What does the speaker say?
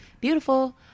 Beautiful